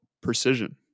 precision